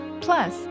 plus